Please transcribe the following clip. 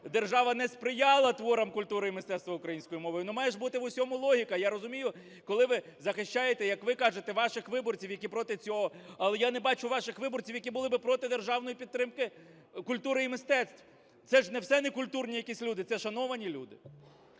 держава не сприяла творам культури і мистецтва українською мовою, має ж в усьому бути логіка, я розумію, коли ви захищаєте, як ви кажете ваших виборців, які проти цього. Але я не бачу ваших виборців, які були б проти державної підтримки культури і мистецтв. Це ж не все не культурні якісь люди, це шановані люди.